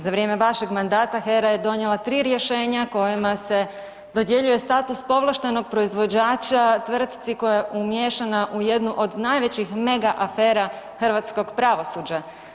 Za vrijeme vašeg mandata HERA je donijela 3 rješenja kojima se dodjeljuje status povlaštenog proizvođača tvrtci koja je umiješana u jednu od najvećih mega afera hrvatskog pravosuđa.